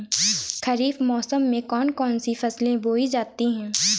खरीफ मौसम में कौन कौन सी फसलें बोई जाती हैं?